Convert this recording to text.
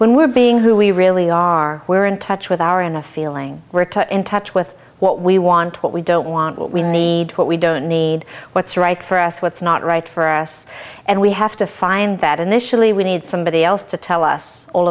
when we're being who we really are we're in touch with our in a feeling we're to in touch with what we want what we don't want what we need what we don't need what's right for us what's not right for us and we have to find that initially we need somebody else to tell us all